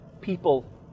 people